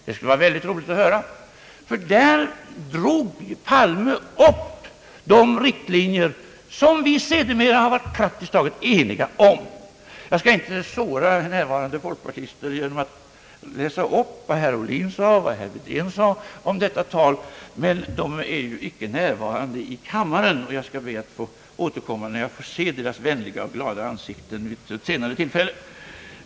Det skulle vara roligt att höra, därför att i detta tal drog statsrådet Palme upp de riktlinjer som: vi sedermera har varit praktiskt taget eniga om. Jag skall inte såra närvarande folkpartister genom att läsa upp vad herr Ohlin och herr Wedén sade om detta tal. De är ju icke närvarande i kammaren, och jag skall be att få återkomma när jag får se deras vänliga och glada ansikten vid ett senare tillfälle.